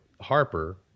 harper